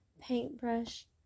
paintbrush